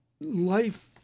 life